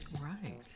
Right